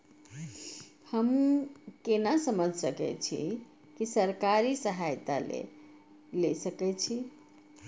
हमू केना समझ सके छी की सरकारी सहायता ले सके छी?